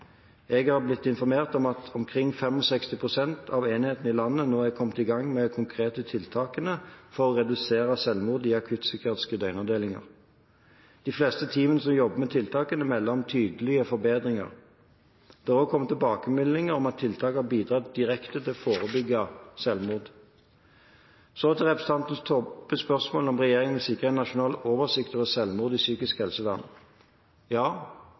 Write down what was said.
Jeg er blitt informert om at omkring 65 pst. av enhetene i landet nå er kommet i gang med de konkrete tiltakene for å redusere selvmord i akuttpsykiatriske døgnavdelinger. De fleste teamene som jobber med tiltakene, melder om tydelige forbedringer. Det har òg kommet tilbakemelding om at tiltakene har bidratt direkte til å forebygge selvmord. Så til representanten Toppes spørsmål om regjeringen vil sikre en nasjonal oversikt over selvmord i psykisk helsevern. Ja,